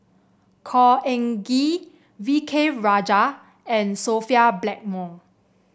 Khor Ean Ghee V K Rajah and Sophia Blackmore